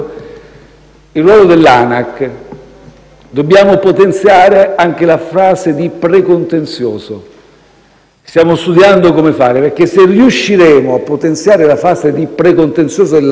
il ruolo dall'ANAC: dobbiamo potenziare anche la fase di precontenzioso e stiamo studiando come fare, perché, se riusciremo a potenziare la fase di precontenzioso dell'ANAC,